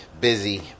busy